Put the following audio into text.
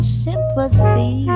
sympathy